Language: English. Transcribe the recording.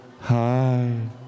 Hi